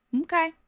Okay